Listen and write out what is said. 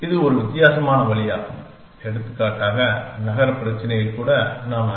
இது ஒரு வித்தியாசமான வழியாகும் எடுத்துக்காட்டாக நகரப் பிரச்சினையில் கூட நான் ஐ